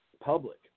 public